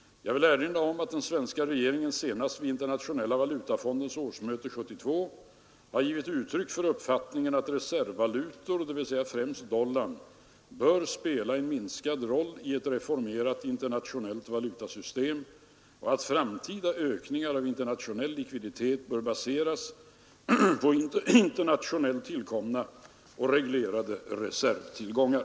Jag vill erinra om att den svenska regeringen senast vid internationella valutafondens årsmöte 1972 har givit uttryck för uppfattningen att reservvalutor, dvs. främst dollarn, bör spela en minskande roll i ett reformerat internationellt valutasystem och att framtida ökningar av internationell likviditet bör baseras på internationellt tillkomna och reglerade reservtillgångar.